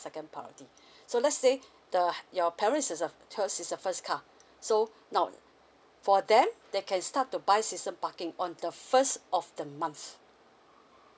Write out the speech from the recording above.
second priority so let's say the your parents is a the is a first car so now for them they can start to buy season parking on the first of the month